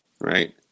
Right